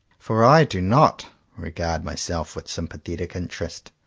for i do not regard myself with sympathetic interest.